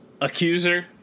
Accuser